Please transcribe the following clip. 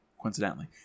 coincidentally